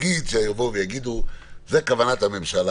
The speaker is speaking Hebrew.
נגיד שיבואו ויאמרו שזאת כוונת הממשלה,